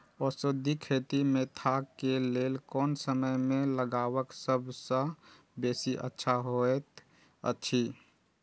औषधि खेती मेंथा के लेल कोन समय में लगवाक सबसँ बेसी अच्छा होयत अछि?